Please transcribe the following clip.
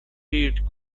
heard